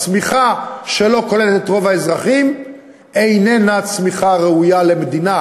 צמיחה שלא כוללת את רוב האזרחים איננה צמיחה ראויה למדינה,